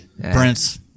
Prince